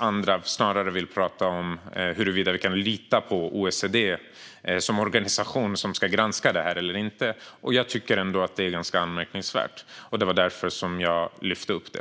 Andra vill snarare tala om huruvida vi kan lita på OECD som organisation och om den ska granska det här eller inte. Jag tycker att det är ganska anmärkningsvärt, och det var därför jag lyfte upp det.